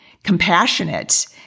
compassionate